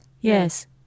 Yes